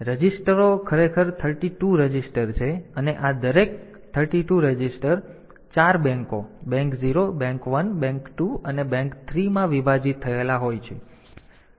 તેથી રજીસ્ટરો આપણે ત્યાં ખરેખર 32 રજીસ્ટર છે અને આ દરેક આ 32 રજીસ્ટર તેઓ ચાર બેંકો બેંક 0 બેંક 1 બેંક 2 અને બેંક 3 માં વિભાજિત થયેલ હોય છે